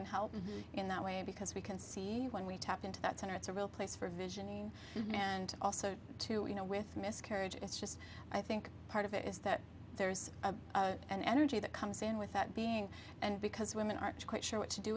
and help in that way because we can see when we tap into that center it's a real place for visioning and also to you know with miscarriage it's just i think part of it is that there's an energy that comes in with that being and because women aren't quite sure what to do